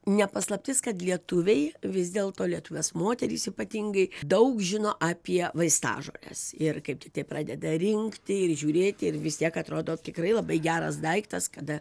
ne paslaptis kad lietuviai vis dėlto lietuvės moterys ypatingai daug žino apie vaistažoles ir kaip tai pradeda rinkti ir žiūrėti ir vis tiek atrodo tikrai labai geras daiktas kada